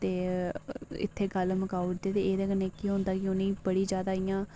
ते इत्थै गल्ल मकाई ओड़दे ते एह्दे कन्नै केह् होंदा कि उ'नेंगी बड़ी जैदा इ'यां